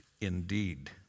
indeed